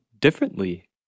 differently